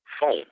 phone